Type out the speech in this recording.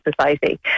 society